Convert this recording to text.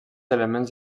elements